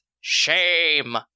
Shame